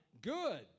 Good